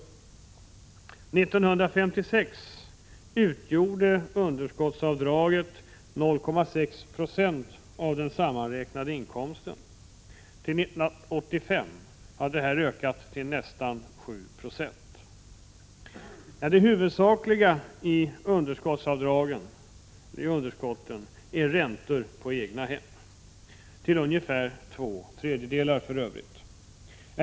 År 1956 utgjorde underskottsavdraget 0,6 96 av den sammanräknade inkomsten. Till 1985 hade det ökat till nästan 7 90. Det huvudsakliga i underskotten är räntor på egnahem — underskottsavdragen avser för övrigt till ungefär två tredjedelar räntor på egnahem.